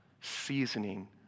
seasoning